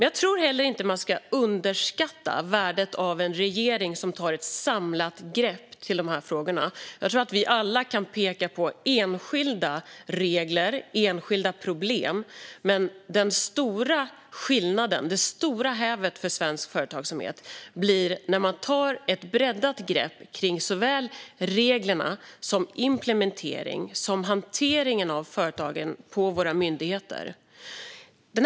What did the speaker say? Jag tror heller inte att man ska underskatta värdet av en regering som tar ett samlat grepp om de här frågorna. Vi kan alla peka på enskilda regler och problem. Men den stora skillnaden, det stora hävet, för svensk företagsamhet blir när man tar ett breddat grepp om såväl reglerna som implementering och hantering av företagen på våra myndigheter.